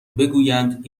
بگویند